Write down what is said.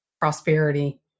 prosperity